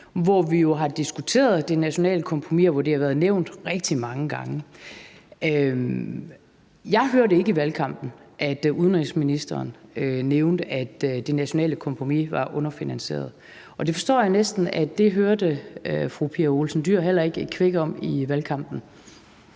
hvor vi har diskuteret det nationale kompromis, og hvor det har været nævnt rigtig mange gange. Jeg hørte ikke i valgkampen, at udenrigsministeren nævnte, at det nationale kompromis var underfinansieret. Det forstår jeg næsten at fru Pia Olsen Dyhr heller ikke hørte et kvæk om i valgkampen.